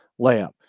layup